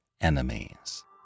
enemies